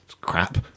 crap